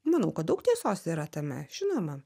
manau kad daug tiesos yra tame žinoma